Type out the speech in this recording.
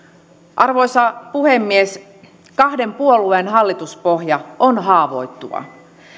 arvoisa puhemies kahden puolueen hallituspohja on haavoittuva